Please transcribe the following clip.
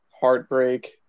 heartbreak